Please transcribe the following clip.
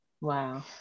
wow